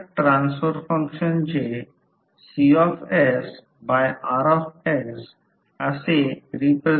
तर total flux ∅ 1 आहे म्हणून ∅ 1 1 कॉइल 1 साठी फ्लक्स लिंकेज आहे